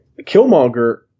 Killmonger